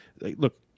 Look